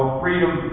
freedom